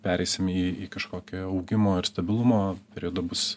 pereisim į į kažkokį augimo ir stabilumo periodą bus